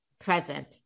present